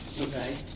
Okay